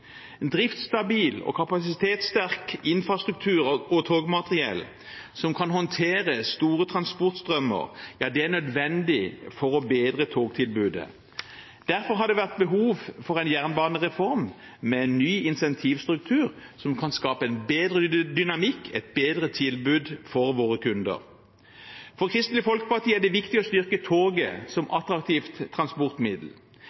Driftsstabil og kapasitetssterk infrastruktur og togmateriell som kan håndtere store transportstrømmer, er nødvendig for å bedre togtilbudet. Derfor har det vært behov for en jernbanereform med en ny incentivstruktur som kan skape en bedre dynamikk, et bedre tilbud for våre kunder. For Kristelig Folkeparti er det viktig å styrke toget som attraktivt transportmiddel.